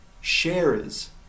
sharers